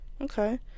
okay